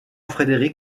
frédéric